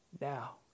now